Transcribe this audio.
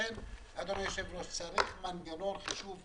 לכן אדוני היו"ר, צריך מנגנון חשוב פה.